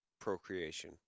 Procreation